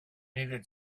needed